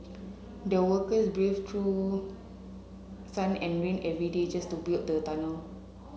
the workers braved through sun and rain every day just to build the tunnel